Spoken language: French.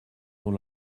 dont